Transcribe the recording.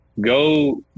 go